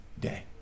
day